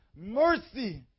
mercy